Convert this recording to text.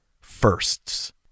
firsts